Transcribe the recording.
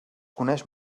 coneix